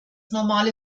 normale